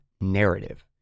narrative